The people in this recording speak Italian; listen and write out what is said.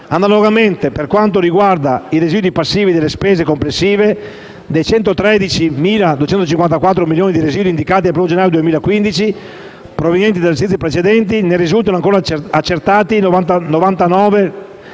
Analogamente, per quanto riguarda i residui passivi delle spese complessive, dei 113.254 milioni di residui indicati al 1° gennaio 2015, provenienti dagli esercizi precedenti, ne risultano accertati 99.304